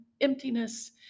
emptiness